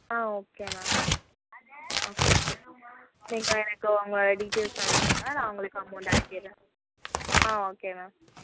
ஆ okay ma'am okay ma'am நீங்கள் எனக்கு உங்கள் டீட்டைல்ஸ் அனுப்பிடுங்க நான் உங்களுக்கு அமௌண்ட் அனுப்பிடுறேன் ஆ ஓகே மேம்